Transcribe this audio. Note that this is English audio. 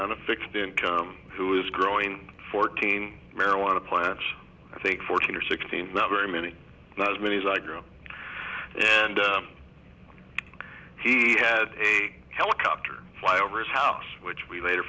on a fixed income who is growing fourteen marijuana plants i think fourteen or sixteen not very many not many like him and he had a helicopter fly over his house which we later